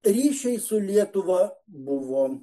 ryšiui su lietuva buvo